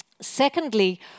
Secondly